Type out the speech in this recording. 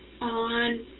on